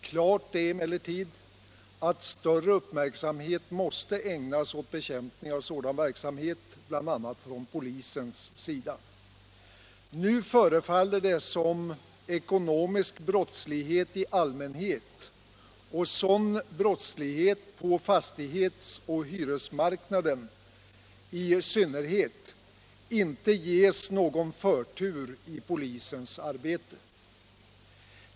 Klart är emellertid att större uppmärksamhet, bl.a. från polisens sida, måste ägnas åt bekämpning av sådan verksamhet. Nu förefaller det som om ekonomisk brottslighet i allmänhet och sådan brottslighet på fastighetsoch hyresmarknaden i synnerhet inte ges någon förtur i polisens arbete.